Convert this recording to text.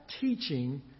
teaching